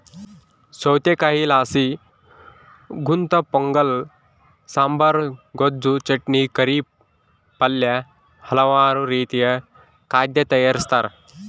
ಸೌತೆಕಾಯಿಲಾಸಿ ಗುಂತಪೊಂಗಲ ಸಾಂಬಾರ್, ಗೊಜ್ಜು, ಚಟ್ನಿ, ಕರಿ, ಪಲ್ಯ ಹಲವಾರು ರೀತಿಯ ಖಾದ್ಯ ತಯಾರಿಸ್ತಾರ